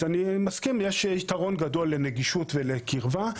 אז אני מסכים, יש יתרון גדול לנגישות ולקרבה.